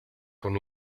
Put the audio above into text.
con